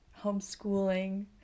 homeschooling